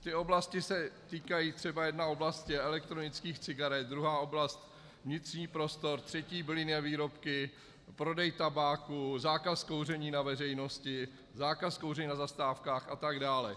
Ty oblasti se týkají třeba jedna oblast elektronických cigaret, druhá oblast vnitřní prostor, třetí bylinné výrobky, prodej tabáku, zákaz kouření na veřejnosti, zákaz kouření na zastávkách a tak dále.